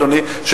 אדוני,